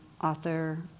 author